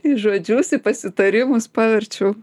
į žodžius į pasitarimus paverčiau